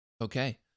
Okay